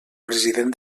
president